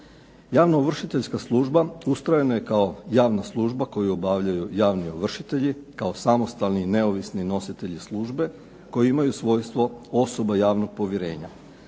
Javno ovršiteljska služba ustrojena je kao javna služba koju obavljaju javni ovršitelji kao samostalni i neovisni nositelji službe koji imaju svojstvo osoba javnog povjerenja.